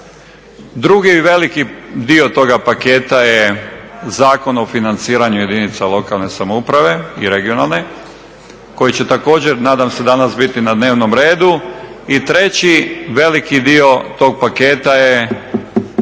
Drugi veliki dio toga paketa je Zakon o financiranju jedinica lokalne samouprave i regionalne koji će također nadam se danas biti na dnevnom redu. I treći veliki dio tog paketa je